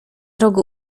rogu